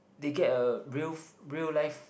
they get a real real life